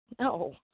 No